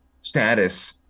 status